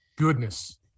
Goodness